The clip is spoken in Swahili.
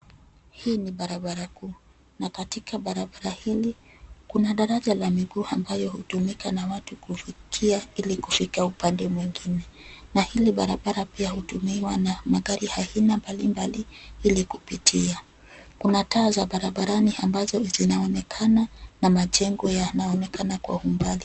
Hii ni barabara kuu na katika barabara hili kuna daraja la miguu ambayo hutumika na watu kuvukia ili kufika upande mwingine na hili barabara pia hutumiwa na magari ya aina mbalimbali ili kupitia. Kuna taa za barabarani ambazo zinaonekana na majengo yanayoonekana kwa umbali.